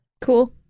Cool